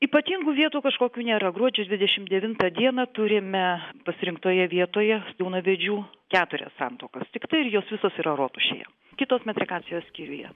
ypatingų vietų kažkokių nėra gruodžio dvidešim devintą dieną turime pasirinktoje vietoje jaunavedžių keturias santuokas tiktai ir jos visos yra rotušėje kitos metrikacijos skyriuje